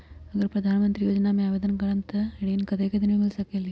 अगर प्रधानमंत्री योजना में आवेदन करम त ऋण कतेक दिन मे मिल सकेली?